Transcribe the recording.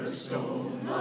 stone